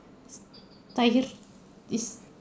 ti~ ah it's